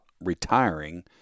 retiring